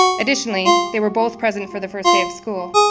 additionally, they were both present for the first day of school,